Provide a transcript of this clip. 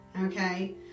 Okay